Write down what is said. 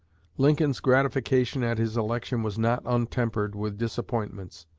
lincoln's gratification at his election was not untempered with disappointments.